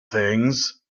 things